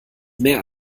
mehr